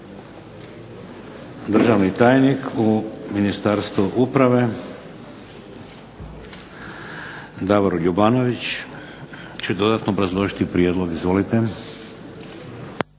Državni tajnik u Ministarstvu uprave Davor Ljubanović će dodatno obrazložiti prijedlog. Izvolite.